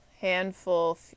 Handful